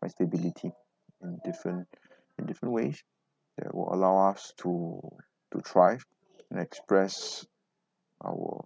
find stability and different in different ways that will allow us to to thrive and express our